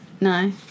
No